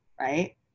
right